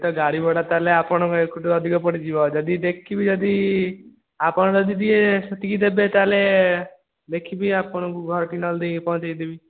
ଗାଡ଼ି ଭଡ଼ା ତାହେଲେ ଆପଣଙ୍କୁ ଏପଟୁ ଅଧିକ ପଡ଼ିଯିବ ଯଦି ଦେଖିବି ଯଦି ଆପଣ ଯଦି ଏ ସେତିକି ଦେବେ ତାହେଲେ ଦେଖିବି ଆପଣଙ୍କୁ ଘରଠି ନହଲେ ଦେଇ ପହଞ୍ଚେଇ ଦେବି